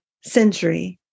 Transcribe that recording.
century